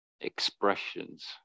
expressions